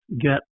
get